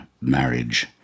marriage